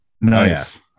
nice